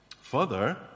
Further